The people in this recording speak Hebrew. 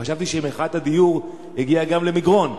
וחשבתי שמחאת הדיור הגיעה גם למגרון,